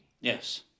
Yes